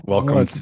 Welcome